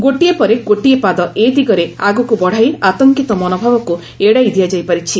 ଗୋଟିଏ ପରେ ଗୋଟିଏ ପାଦ ଏ ଦିଗରେ ଆଗକୁ ବଢ଼ାଇ ଆତଙ୍କିତ ମନୋଭାବକୁ ଏଡ଼ାଇ ଦିଆଯାଇପାରିଛି